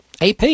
AP